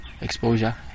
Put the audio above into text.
exposure